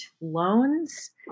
loans